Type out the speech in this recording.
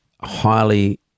highly